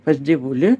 pas dievulį